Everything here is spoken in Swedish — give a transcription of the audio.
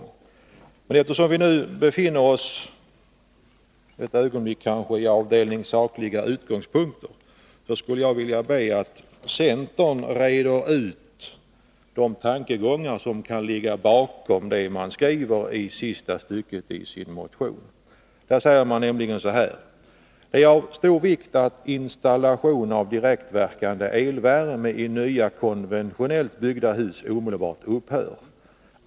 Eftersom vi nu ett ögonblick befinner oss på avdelningen ”sakliga utgångspunkter” skulle jag vilja be att centern reder ut de tankegångar som kan ligga bakom det som skrivs i sista stycket i motionen: ”Det är av stor vikt att installation av direktverkande elvärme i nya konventionellt byggda hus omedelbart upphör.